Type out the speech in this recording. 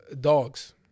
dogs